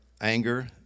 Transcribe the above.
anger